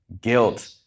Guilt